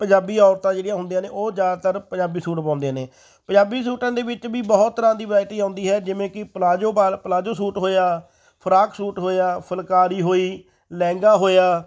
ਪੰਜਾਬੀ ਔਰਤਾਂ ਜਿਹੜੀਆਂ ਹੁੰਦੀਆਂ ਨੇ ਉਹ ਜ਼ਿਆਦਾਤਰ ਪੰਜਾਬੀ ਸੂਟ ਪਾਉਂਦੀਆਂ ਨੇ ਪੰਜਾਬੀ ਸੂਟਾਂ ਦੇ ਵਿੱਚ ਵੀ ਬਹੁਤ ਤਰ੍ਹਾਂ ਦੀ ਵਰਾਈਟੀ ਆਉਂਦੀ ਹੈ ਜਿਵੇਂ ਕਿ ਪਲਾਜੋ ਪਾ ਪਲਾਜੋ ਸੂਟ ਹੋਇਆ ਫਰਾਕ ਸੂਟ ਹੋਇਆ ਫੁਲਕਾਰੀ ਹੋਈ ਲਹਿੰਗਾ ਹੋਇਆ